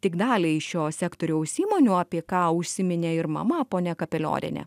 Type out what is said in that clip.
tik daliai šio sektoriaus įmonių apie ką užsiminė ir mama ponia kapeliorienė